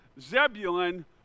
zebulun